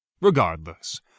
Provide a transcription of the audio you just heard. Regardless